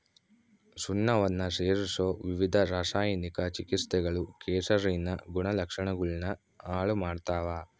ಸುಣ್ಣವನ್ನ ಸೇರಿಸೊ ವಿವಿಧ ರಾಸಾಯನಿಕ ಚಿಕಿತ್ಸೆಗಳು ಕೆಸರಿನ ಗುಣಲಕ್ಷಣಗುಳ್ನ ಹಾಳು ಮಾಡ್ತವ